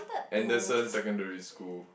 Henderson secondary school